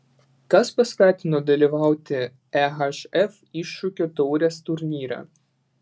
kas paskatino dalyvauti ehf iššūkio taurės turnyre